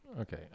Okay